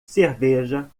cerveja